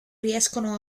riescono